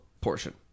portion